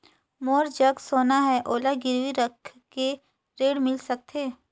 मोर जग सोना है ओला गिरवी रख के ऋण मिल सकथे?